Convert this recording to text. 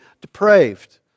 depraved